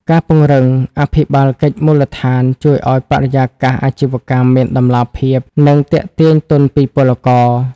ការពង្រឹង "អភិបាលកិច្ចមូលដ្ឋាន" ជួយឱ្យបរិយាកាសអាជីវកម្មមានតម្លាភាព និងទាក់ទាញទុនពីពលករ។